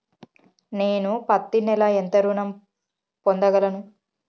నేను పత్తి నెల ఎంత ఋణం పొందగలను?